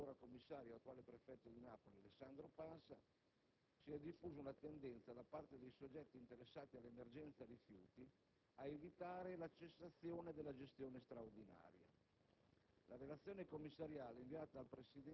Infine, come sottolineato dall'allora commissario e attuale prefetto di Napoli, Alessandro Pansa, si è diffusa una tendenza, da parte dei soggetti interessati all'emergenza rifiuti, a evitare la cessazione della gestione straordinaria.